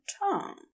tongue